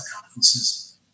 conferences